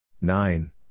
Nine